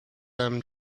them